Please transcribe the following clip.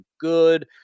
good